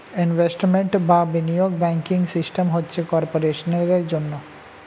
investment বা বিনিয়োগ banking system হচ্ছে কর্পোরেশনের জন্যে